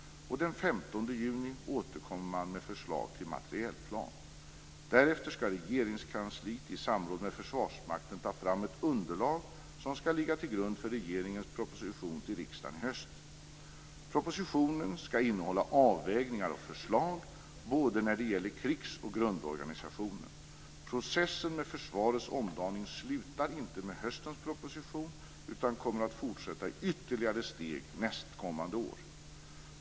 Den 15 juni återkommer man med förslag till materielplan. Därefter skall Regeringskansliet i samråd med Försvarsmakten ta fram ett underlag som skall ligga till grund för regeringens proposition till riksdagen i höst. Propositionen skall innehålla avvägningar och förslag både när det gäller krigs och grundorganisationen. Processen med försvarets omdaning slutar inte med höstens proposition utan kommer att fortsätta i ytterligare steg nästkommande år.